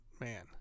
man